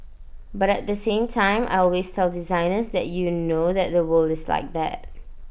but at the same time I always tell designers that you know that the world is like that